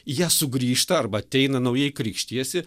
jie sugrįžta arba ateina naujai krikštijasi